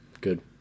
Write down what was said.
good